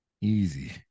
Easy